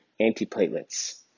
antiplatelets